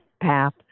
path